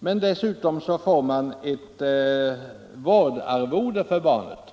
Dessutom utgår ett vårdarvode för barnet,